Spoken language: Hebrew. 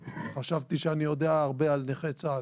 חשבתי שאני יודע הרבה על נכי צה"ל.